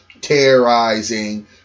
terrorizing